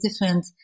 different